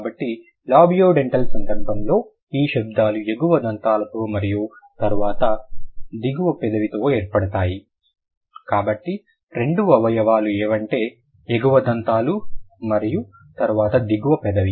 కాబట్టి లాబియోడెంటల్ సందర్భంలో ఈ శబ్దాలు ఎగువ దంతాలతో మరియు తరువాత దిగువ పెదవితో ఏర్పడతాయి కాబట్టి రెండు అవయవాలు ఏవంటే ఎగువ దంతాలు మరియు తరువాత దిగువ పెదవి